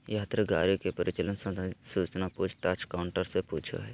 यात्री गाड़ी के परिचालन संबंधित सूचना पूछ ताछ काउंटर से पूछो हइ